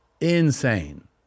insane